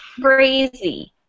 crazy